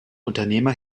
unternehmer